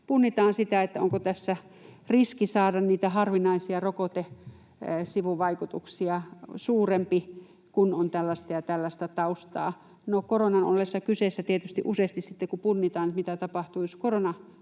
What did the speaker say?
punnitaan sitä, onko tässä riski saada niitä harvinaisia rokotesivuvaikutuksia suurempi, kun on tällaista ja tällaista taustaa. No, koronan ollessa kyseessä tietysti useasti, kun punnitaan, mitä tapahtuu, jos koronatartunnan